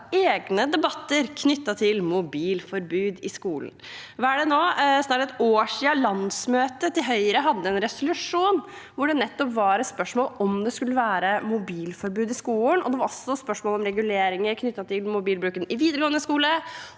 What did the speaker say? hatt egne debatter knyttet til mobilforbud i skolen. Nå er det snart ett år siden landsmøtet til Høyre hadde en resolusjon hvor det nettopp var spørsmål om det skulle være mobilforbud i skolen. Det var også spørsmål om reguleringer knyttet til mobilbruk i videregående skole,